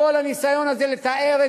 כל הניסיון הזה לתאר,